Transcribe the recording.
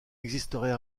existerait